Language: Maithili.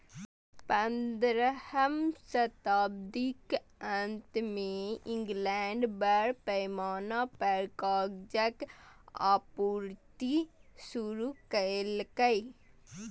पंद्रहम शताब्दीक अंत मे इंग्लैंड बड़ पैमाना पर कागजक आपूर्ति शुरू केलकै